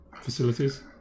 facilities